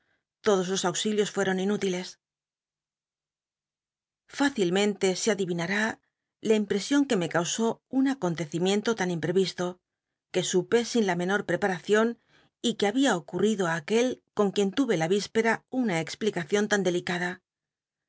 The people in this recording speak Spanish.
lodos lo auxilios fueron inúti l f icilmenle se adirinani la int pre ion que me causó un acontecimiento tan impterislo qu e supn sin la menor prepmacion y que habia ocuttido i aquel con quien lure la íspcta una explicacion tan delicada